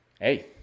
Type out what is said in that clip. hey